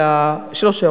שלוש הערות.